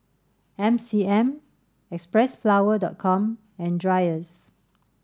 M C M Xpressflower dot com and Dreyers